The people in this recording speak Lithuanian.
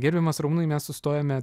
gerbiamas ramūnai mes sustojome